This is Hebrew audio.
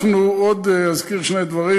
עוד אזכיר שני דברים,